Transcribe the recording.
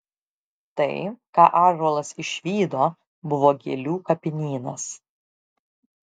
tai ką ąžuolas išvydo buvo gėlių kapinynas